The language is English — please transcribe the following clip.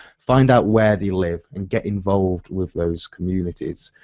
find out where they live and get involved with those communities.